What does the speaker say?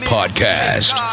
Podcast